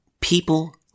People